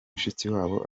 mushikiwabo